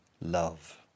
love